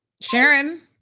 Sharon